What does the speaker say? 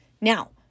Now